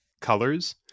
Colors